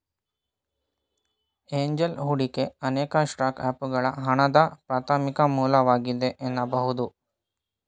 angel ಹೂಡಿಕೆ ಅನೇಕ ಸ್ಟಾರ್ಟ್ಅಪ್ಗಳ್ಗೆ ಹಣದ ಪ್ರಾಥಮಿಕ ಮೂಲವಾಗಿದೆ ಎನ್ನಬಹುದು